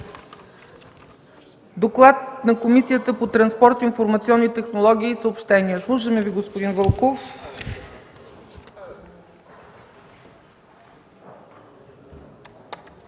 доклад на Комисията по транспорт, информационни технологии и съобщения. Заповядайте, господин Вълков.